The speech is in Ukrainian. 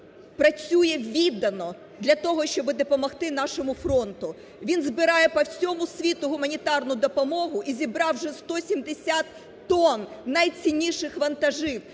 працює віддано, для того щоб допомогти нашому фронту. Він збирає по всьому світу гуманітарну допомогу, і зібрав вже 170 тонн найцінніших вантажів: